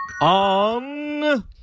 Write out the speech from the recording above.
on